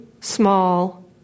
small